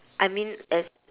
I mean as